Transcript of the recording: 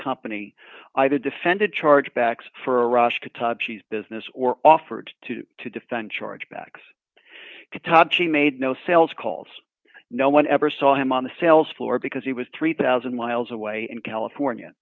company i did defended charge backs for a rush to top she's business or offered to defend charge backs todd she made no sales calls no one ever saw him on the sales floor because he was three thousand miles away in california